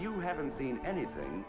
you haven't seen anything